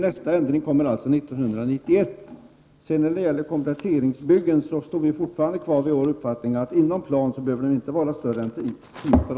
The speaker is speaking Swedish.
Nästa ändring kommer 1991. I fråga om kompletteringsbyggen står vi fortfarande fast vid vår uppfattning att sådant bygge inom plan inte behöver vara större än 10 m?.